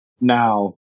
Now